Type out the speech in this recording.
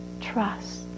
trust